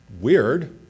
weird